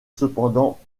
cependant